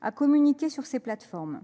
à communiquer sur ces plateformes.